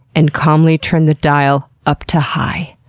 and calmly turn the dial up to high.